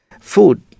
food